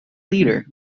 leader